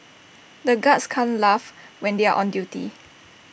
the guards can't laugh when they are on duty